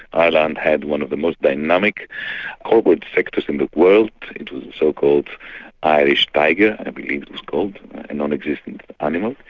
ireland had one of the most dynamic corporate sectors in the world it was the so-called irish tiger i believe it was called a nonexistent animal.